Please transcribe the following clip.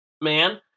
man